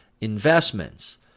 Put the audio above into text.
investments